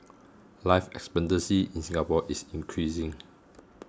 life expectancy in Singapore is increasing